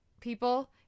people